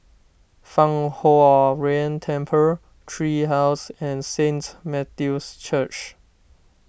Fang Huo Yuan Temple Tree House and Saint Matthew's Church